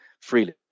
freely